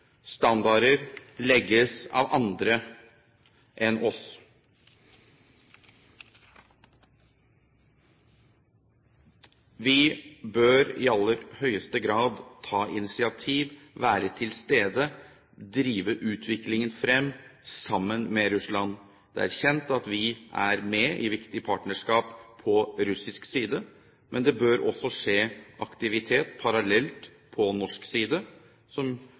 standarder, legges av andre enn oss. Vi bør i aller høyeste grad ta initiativ, være til stede, drive utviklingen frem sammen med Russland. Det er kjent at vi er med i viktige partnerskap på russisk side, men det bør også være aktivitet parallelt på norsk side som